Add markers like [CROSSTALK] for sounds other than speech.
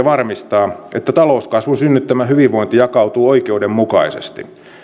[UNINTELLIGIBLE] varmistaa että talouskasvun synnyttämä hyvinvointi jakautuu oikeudenmukaisesti